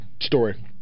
Story